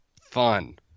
fun